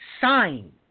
sign